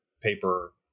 paper